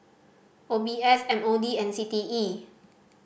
O B S M O D and C T E